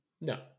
No